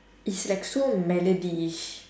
it's like so melodyish